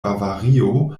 bavario